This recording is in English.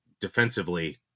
defensively